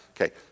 Okay